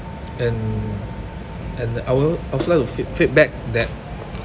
and and I will I also like to feed~ feedback that